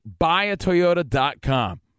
buyatoyota.com